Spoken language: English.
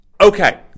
Okay